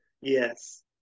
Yes